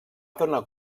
donat